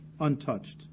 untouched